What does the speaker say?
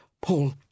Paul